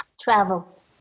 travel